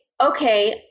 okay